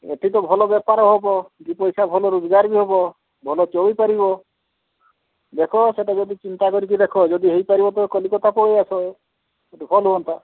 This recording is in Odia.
ଏଠି ତ ଭଲ ବେପାର ହେବ ଦୁଇ ପଇସା ଭଲ ରୋଜଗାର ବି ହେବ ଭଲ ଚଳିପାରିବ ଦେଖ ସେଇଟା ଯଦି ଚିନ୍ତା କରିକି ଦେଖ ଯଦି ହେଇପାରିବ ତ କଲିକତା ପଳେଇ ଆସ ସେଇଠି ଭଲ ହୁଅନ୍ତା